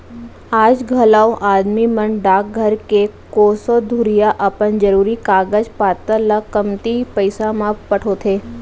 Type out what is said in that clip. आज घलौ आदमी मन डाकघर ले कोसों दुरिहा अपन जरूरी कागज पातर ल कमती पइसा म पठोथें